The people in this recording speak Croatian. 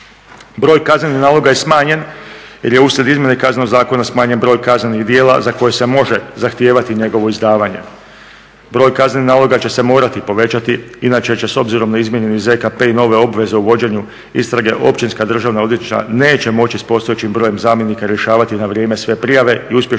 Broj kaznenih naloga je smanjen jer je uslijed izmjene Kaznenog zakona smanjen broj kaznenih djela za koje se može zahtijevati njegovo izdavanje. Broj kaznenih naloga će se morati povećati inače će s obzirom na izmijenjeni ZKP i nove obveze u vođenju istrage općinska državna odvjetništva neće moći s postojećim brojem zamjenika rješavati na vrijeme sve prijave i uspješno